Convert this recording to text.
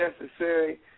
necessary